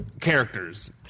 characters